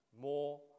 more